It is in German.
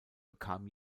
bekam